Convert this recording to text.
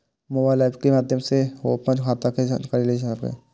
mobile app के माध्य सं सेहो अपन खाता के जानकारी लेल जा सकैए